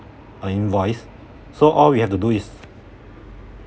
a invoice so all we have to do is